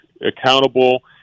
accountable